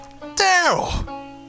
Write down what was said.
Daryl